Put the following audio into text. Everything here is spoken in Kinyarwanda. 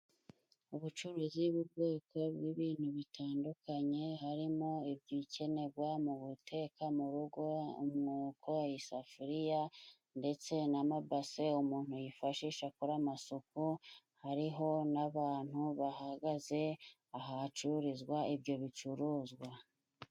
Ubucuruzi bw'ubwoko bw'ibintu bitandukanye harimo ibikenegwa mu guteka mu rugo, umwuko, isafuriya ndetse n'amabase umuntu yifashisha akora amasuku, hariho n'abantu bahagaze ahacururizwa ibyo bicuruzwa.